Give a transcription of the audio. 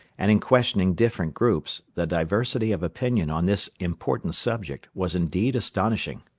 and in questioning different groups the diversity of opinion on this important subject was indeed astonishing.